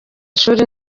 ishuri